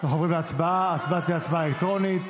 ההצבעה תהיה הצבעה אלקטרונית.